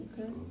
Okay